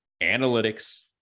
analytics